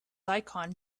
icon